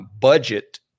budget